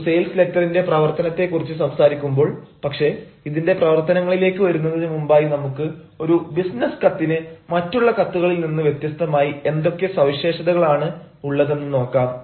ഒരു സെയിൽസ് ലെറ്ററിന്റെ പ്രവർത്തനത്തെ കുറിച്ച് സംസാരിക്കുമ്പോൾ പക്ഷേ ഇതിന്റെ പ്രവർത്തനങ്ങളിലേക്ക് വരുന്നതിനു മുമ്പായി നമുക്ക് ഒരു ബിസിനസ് കത്തിന് മറ്റുള്ള കത്തുകളിൽ നിന്ന് വ്യത്യസ്തമായി എന്തൊക്കെ സവിശേഷതകളാണ് ഉള്ളതെന്ന് നോക്കാം